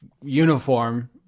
uniform